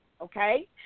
okay